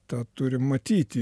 tą turim matyti